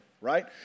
right